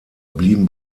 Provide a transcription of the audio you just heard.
blieben